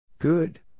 Good